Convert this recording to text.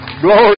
Glory